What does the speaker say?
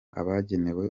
abagenewe